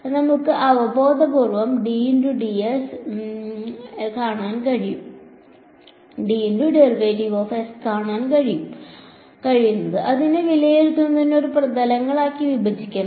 അതിനാൽ നമുക്ക് അവബോധപൂർവ്വം കാണാൻ കഴിയുന്നത് അതിനെ വിലയിരുത്തുന്നതിന് എത്ര പ്രതലങ്ങളാക്കി വിഭജിക്കണം